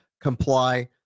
comply